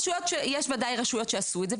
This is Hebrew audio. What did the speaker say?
יש ודאי רשויות שעשו את זה,